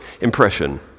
impression